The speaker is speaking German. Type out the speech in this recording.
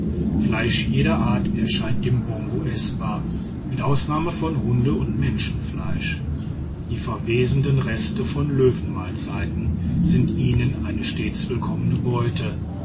fleisch jeder art erscheint dem bongo eßbar mit ausnahme von hunde und menschenfleisch die verwesenden reste von löwenmahlzeiten sind ihnen eine stets willkommene beute